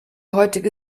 heutige